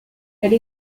elle